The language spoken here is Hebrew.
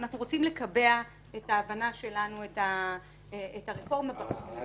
ואנחנו רוצים לקבע את ההבנה שלנו את הרפורמה בתחום הזה.